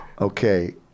okay